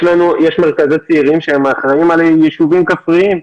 יש מרכזי צעירים שהם אחראים על יישובי כפרים,